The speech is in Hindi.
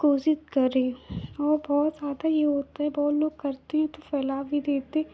कोशिश करें और बहुत आता यह होता है बहुत लोग करते हैं तो फैला भी देते